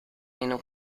meno